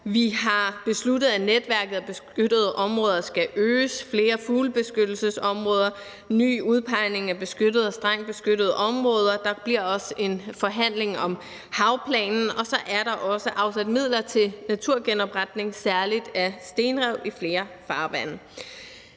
vi har besluttet, at netværket af beskyttede områder skal øges, flere fuglebeskyttelsesområder, ny udpegning af beskyttede og strengt beskyttede områder; der bliver også en forhandling om havplanen; og så er der også afsat midler til naturgenopretning særlig af stenrev i flere farvande.